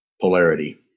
polarity